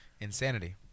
Insanity